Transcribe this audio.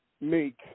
make